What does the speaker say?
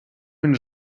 він